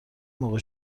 موقع